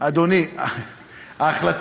תחיל את החוק הישראלי על הכול.